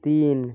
তিন